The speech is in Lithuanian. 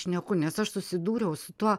šneku nes aš susidūriau su tuo